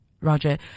Roger